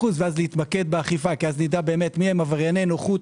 ואז להתמקד באכיפה כי אז נדע מיהם עברייני נוחות,